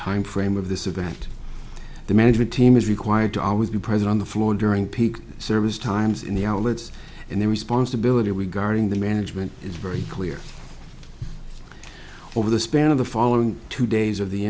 time frame of this is that the management team is required to always be present on the floor during peak service times in the outlets and their responsibility we guarding the management is very clear over the span of the following two days of the